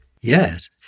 Yes